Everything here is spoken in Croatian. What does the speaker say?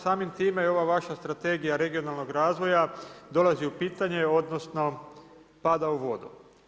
Samim time i ova vaša Strategija regionalnog razvoja dolazi u pitanje odnosno pada u vodu.